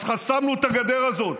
אז חסמנו את הגדר הזאת,